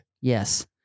Yes